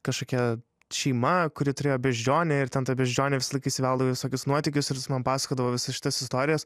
kažkokia šeima kuri turėjo beždžionę ir ten ta beždžionė visąlaik įsiveldavo į visokius nuotykius ir jis man pasakodavo visas šitas istorijas